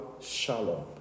Shalom